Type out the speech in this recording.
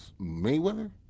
Mayweather